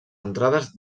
entrades